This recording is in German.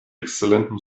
exzellentem